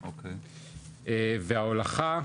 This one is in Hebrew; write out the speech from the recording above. וההולכה,